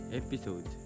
episode